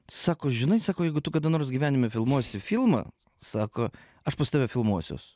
sako žinai sako jeigu tu kada nors gyvenime filmuosi filmą sako aš pas tave filmuosiuos